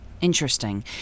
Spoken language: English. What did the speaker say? Interesting